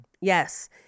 Yes